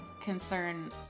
concern